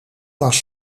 was